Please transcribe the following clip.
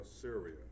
Syria